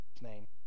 name